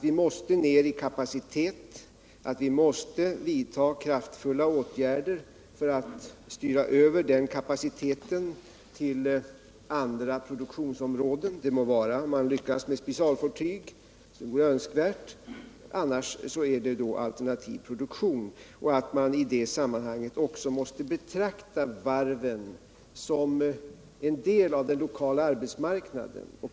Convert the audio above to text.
Vi måste ner i kapacitet, och vi måste styra över den kapaciteten till andra produktionsområden. Det må vara att man kan lyckas med specialfartyg — det vore önskvärt — men annars måste det ske en omställning till alternativ produktion. Vi är också överens om att man måste betrakta varven som en del av den lokala arbetsmarknaden.